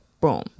Boom